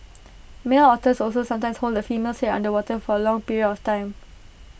male otters also sometimes hold the female's Head under water for A long period of time